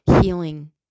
healing